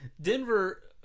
Denver